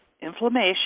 inflammation